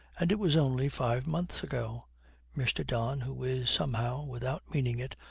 and it was only five months ago mr. don, who is somehow, without meaning it,